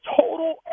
total